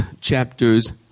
chapters